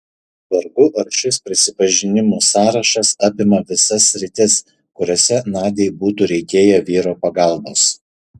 vargu ar šis prisipažinimų sąrašas apima visas sritis kuriose nadiai būtų reikėję vyro pagalbos